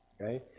okay